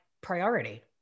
priority